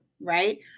right